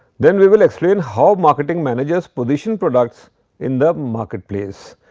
then, we will explain how marketing managers position products in the marketplace.